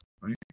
right